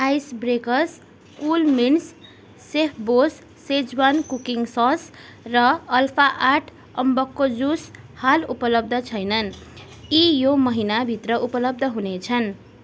ice breakers coolmints सेफबोस schezwan cooking sauce र alpha आठ अम्बकको जुस हाल उपलब्ध छैनन् यी यो महिना भित्र उपलब्ध हुनेछन्